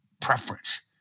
preference